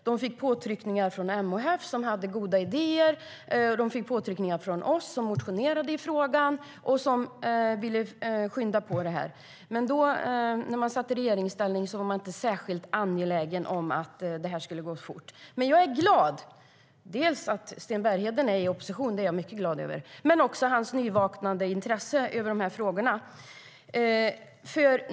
De fick påtryckningar från MHF, som hade goda idéer, och från oss, som motionerade i frågan och ville skynda på den. Men i regeringsställning var man inte särskilt angelägen om att det skulle gå fort. Jag är glad dels för att Sten Bergheden är i opposition - det är jag mycket glad för - dels för hans nyvaknade intresse för den här frågan.